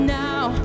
now